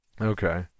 Okay